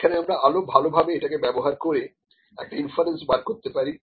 এখানে আমরা আরো ভালো ভাবে এটাকে ব্যবহার করে একটা ইনফারেন্স বার করতে পারি